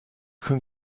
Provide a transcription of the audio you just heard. can